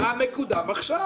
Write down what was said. מה מקודם עכשיו?